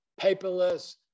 paperless